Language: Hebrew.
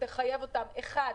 שתחייב אותם: אחד,